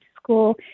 school